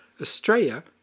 Australia